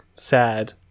sad